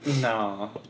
No